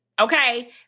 okay